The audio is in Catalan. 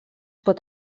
pot